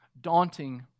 daunting